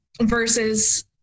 versus